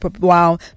wow